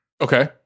Okay